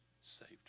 saved